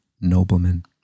noblemen